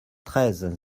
treize